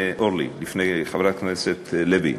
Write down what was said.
חברת הכנסת לוי,